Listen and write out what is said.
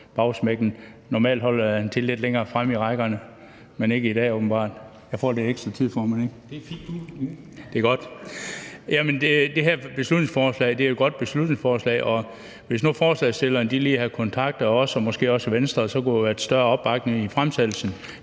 Det her beslutningsforslag er jo et godt beslutningsforslag, og hvis nu forslagsstillerne lige havde kontaktet os og måske også Venstre, så kunne der have været større opbakning til fremsættelsen,